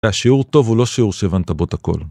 שיעור טוב הוא לא שיעור שהבנת בו את הכל.